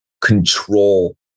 control